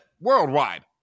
Worldwide